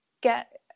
get